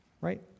right